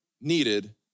needed